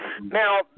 Now